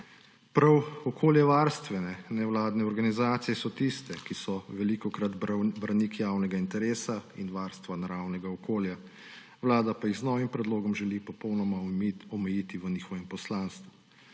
Prav okoljevarstvene nevladne organizacije so tiste, ki so velikokrat branik javnega interesa in varstva naravnega okolja, Vlada pa jih z novim predlogom želi popolnoma omejiti v njihovem poslanstvu.